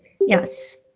Yes